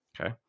Okay